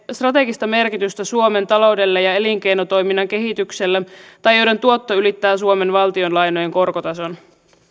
strategista merkitystä suomen taloudelle ja elinkeinotoiminnan kehitykselle tai joiden tuotto ylittää suomen valtionlainojen korkotason